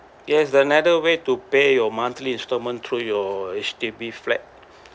yes the another way to pay your monthly instalment through your H_D_B flat